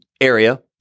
area